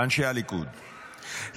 אנשי הליכוד,